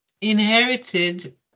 inherited